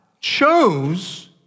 chose